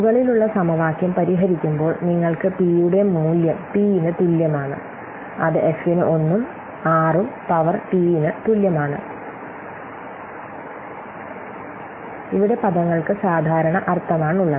മുകളിലുള്ള സമവാക്യം പരിഹരിക്കുമ്പോൾ നിങ്ങൾക്ക് P യുടെ മൂല്യം P ന് തുല്യമാണ് അത് F ന് 1 ഉം r ഉം പവർ t ന് തുല്യമാണ് P F1rt ഇവിടെ പദങ്ങൾക്ക് സാധാരണ അർത്ഥമാണുള്ളത്